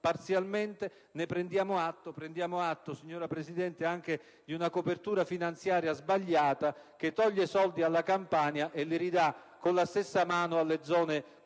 parzialmente. Ne prendiamo atto, signora Presidente, così come prendiamo atto di una copertura finanziaria sbagliata che toglie soldi alla Campania e li ridà con la stessa mano alle zone colpite